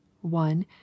one